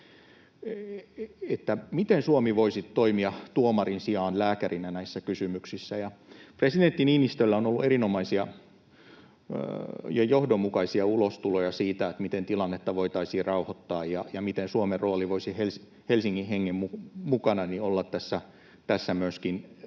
miten Suomi voisi toimia tuomarin sijaan lääkärinä näissä kysymyksissä. Presidentti Niinistöllä on ollut erinomaisia ja johdonmukaisia ulostuloja siitä, miten tilannetta voitaisiin rauhoittaa ja miten Suomen rooli voisi Helsingin hengen mukana olla tässä myös